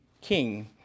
king